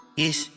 yes